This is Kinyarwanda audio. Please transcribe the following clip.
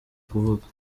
kuvuga